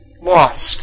lost